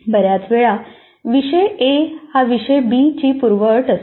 बऱ्याच वेळा विषय ए हा विषय बी ची पूर्वअट असतो